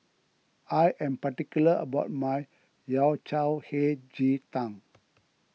I am particular about my Yao Cai Hei Ji Tang